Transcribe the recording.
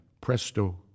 Presto